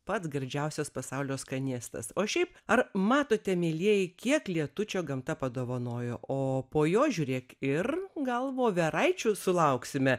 pats gardžiausias pasaulio skanėstas o šiaip ar matote mielieji kiek lietučio gamta padovanojo o po jo žiūrėk ir gal voveraičių sulauksime